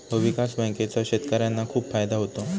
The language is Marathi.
भूविकास बँकांचा शेतकर्यांना खूप फायदा होतो